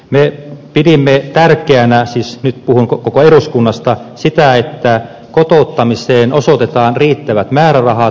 me pidimme tärkeänä siis nyt puhun koko eduskunnasta sitä että kotouttamiseen osoitetaan riittävät määrärahat